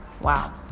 wow